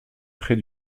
prés